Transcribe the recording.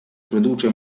produce